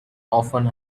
often